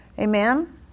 Amen